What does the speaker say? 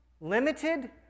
limited